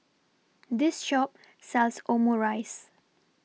This Shop sells Omurice